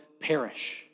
perish